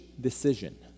decision